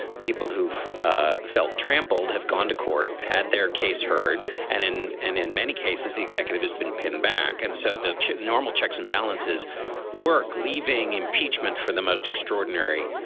the people who've ah felt trampled have gone to court, had their case heard and in and in many cases, the executive has been pinback. and so the normal checks and balances work, leaving impeachment for the most extraordinary,